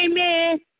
Amen